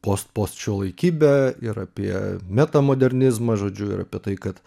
post post šiuolaikybę ir apie meta modernizmą žodžiu ir apie tai kad